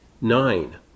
Nine